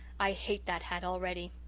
i hate that hat already.